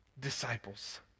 disciples